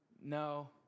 no